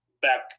back